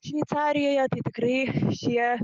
šveicarijoje tai tikrai šie